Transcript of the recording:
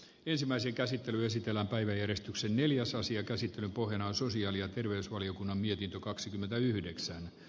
ensimmäisen käsittelyn sisällä päiväjärjestyksen neljäs asian käsittelyn pohjana sosiaali ja terveysvaliokunnan mietintö kaksikymmentäyhdeksän